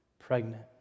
Pregnant